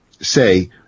say